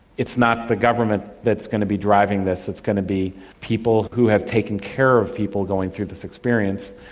it's not the government that is going to be driving this, it's going to be people who have taken care of people going through this experience.